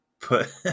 put